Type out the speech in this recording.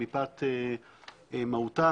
שמפאת מהותן,